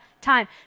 time